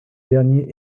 dernier